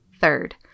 Third